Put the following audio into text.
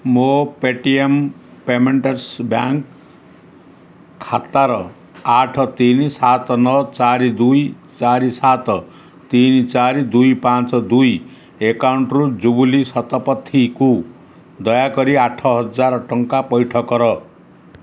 ମୋ Paytm payments bank ଖାତାର ଆଠ ତିନି ସାତ ନଅ ଚାରି ଦୁଇ ଚାରି ସାତ ତିନି ଚାରି ଦୁଇ ପାଞ୍ଚ ଦୁଇ ଆକାଉଣ୍ଟରୁ ଜୁବ୍ଲି ଶତପଥୀକୁ ଦୟାକରି ଆଠହଜାର ଟଙ୍କା ପଇଠ କର